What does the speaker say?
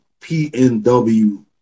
PNW